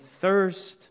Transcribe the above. thirst